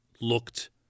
looked